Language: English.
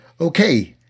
Okay